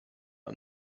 are